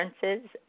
Differences